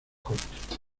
corto